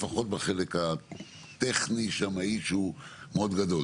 לפחות בחלק הטכני שמאי שהוא מאוד גדול.